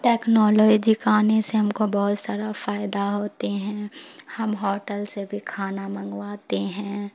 technology کا آنے سے ہم کو بہت سارا فائدہ ہوتے ہیں ہم ہوٹل سے بھی کھانا منگواتے ہیں